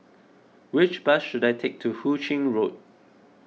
which bus should I take to Hu Ching Road